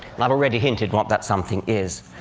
like already hinted what that something is.